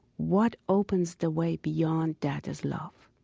what opens the way beyond that is love